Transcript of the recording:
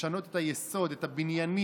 לשנות את היסוד, את הבניינים.